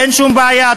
אין שום בעיה,